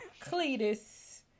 Cletus